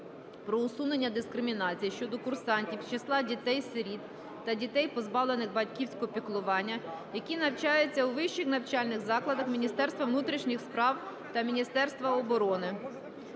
про усунення дискримінації щодо курсантів з числа дітей-сиріт та дітей позбавлених батьківського піклування, які навчаються у вищих навчальних закладах Міністерства внутрішніх справ та Міністерства оборони.